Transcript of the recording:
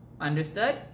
understood